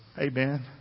Amen